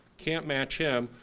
can't match him,